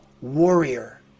warrior